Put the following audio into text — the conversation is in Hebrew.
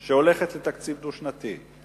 בעולם שהולכת לתקציב דו-שנתי.